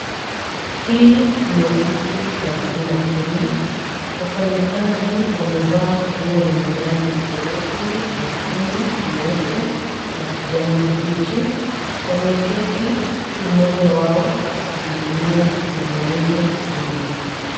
Hii ni ofisi la huduma Kenya. Wafanyikazi wamevaa nguo lenye rangi nyeusi, nyekundu, nyeupe na kijani kibichi. Wameketi huku mmoja wao akihudumia mwanaume yule.